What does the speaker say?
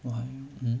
mm